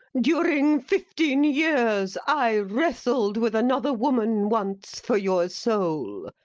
during fifteen years i wrestled with another woman once for your soul,